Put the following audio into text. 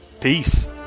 peace